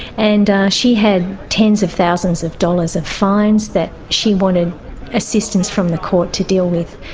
and she had tens of thousands of dollars of fines that she wanted assistance from the court to deal with.